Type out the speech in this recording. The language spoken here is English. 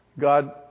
God